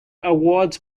awards